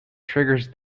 triggers